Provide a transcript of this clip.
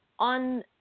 on